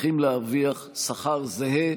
צריכים להרוויח שכר זהה,